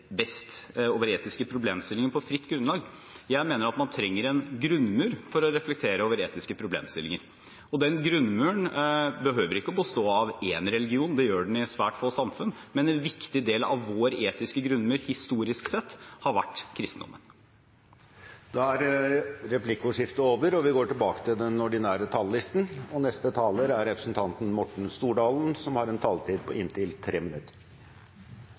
best over etiske problemstillinger på fritt grunnlag – jeg mener at man trenger en grunnmur for å reflektere over etiske problemstillinger, og den grunnmuren behøver ikke å bestå av én religion, det gjør den i svært få samfunn, men en viktig del av vår etiske grunnmur, historisk sett, har vært kristendommen. Replikkordskiftet er omme. De talere som heretter får ordet, har en taletid på inntil 3 minutter.